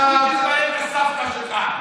אתה נותן לנו הצעות לכשרות כשזה מעניין את הסבתא שלך.